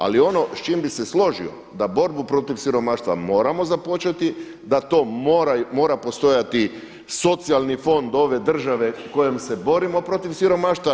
Ali ono s čime bih se složio da borbu protiv siromaštva moramo započeti, da to mora postojati socijalni fond ove države kojim se borimo protiv siromaštva.